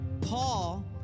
Paul